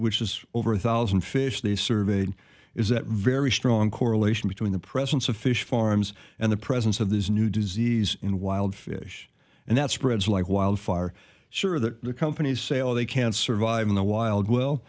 which is over a thousand fish they surveyed is a very strong correlation between the presence of fish farms and the presence of this new disease in wild fish and that spreads like wildfire sure that companies say oh they can't survive in the wild well